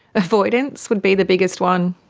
avoidance would be the biggest one,